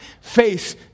face